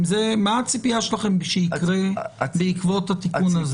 מה הציפיה שלכם שיקרה בעקבות התיקון הזה?